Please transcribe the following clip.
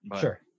Sure